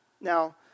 Now